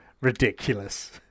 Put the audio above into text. ridiculous